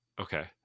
Okay